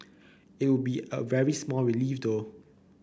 it would be a very small relief though